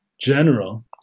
general